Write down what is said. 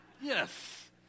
Yes